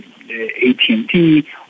AT&T